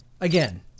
again